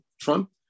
Trump